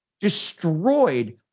destroyed